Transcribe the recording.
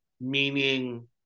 meaning